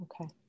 Okay